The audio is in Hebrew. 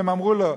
והם אמרו לו,